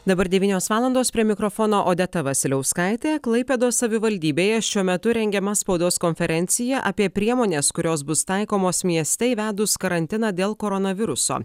dabar devynios valandos prie mikrofono odeta vasiliauskaitė klaipėdos savivaldybėje šiuo metu rengiama spaudos konferencija apie priemones kurios bus taikomos mieste įvedus karantiną dėl koronaviruso